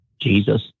Jesus